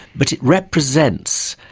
but it represents,